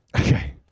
Okay